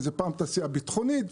זו פעם תעשייה ביטחונית,